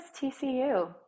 TCU